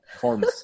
forms